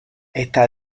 está